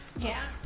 yeah,